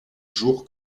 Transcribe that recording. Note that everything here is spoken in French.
jour